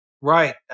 right